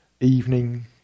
evening